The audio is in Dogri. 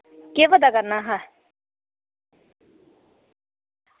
केह् पता करना हा